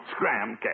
Scramcat